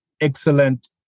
excellent